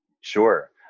Sure